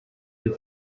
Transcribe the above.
who